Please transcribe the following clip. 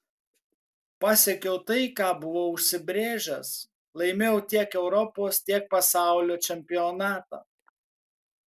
pasiekiau tai ką buvau užsibrėžęs laimėjau tiek europos tiek pasaulio čempionatą